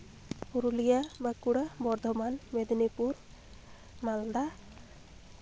Purulia Bankura Bardhaman Medinipur Malda